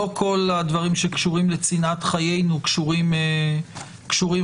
לא כל הדברים שקשורים לצנעת חיינו קשורים רק